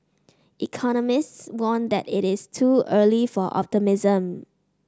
economists warned that it is too early for optimism